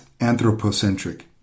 anthropocentric